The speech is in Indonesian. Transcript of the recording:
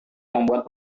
membuat